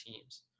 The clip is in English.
teams